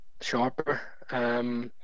sharper